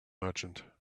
merchant